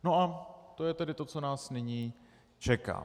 No a to je tedy to, co nás nyní čeká.